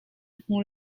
hmu